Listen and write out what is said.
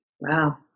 Wow